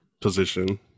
position